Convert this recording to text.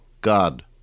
God